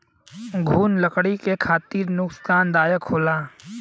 घुन लकड़ी के खातिर नुकसानदायक होला